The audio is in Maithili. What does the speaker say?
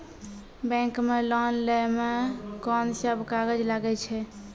बैंक मे लोन लै मे कोन सब कागज लागै छै?